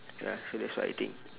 ya so that's what I think